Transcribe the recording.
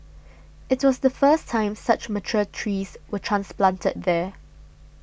it was the first time such mature trees were transplanted there